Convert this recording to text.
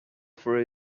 for